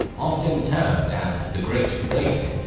often termed as the great raid,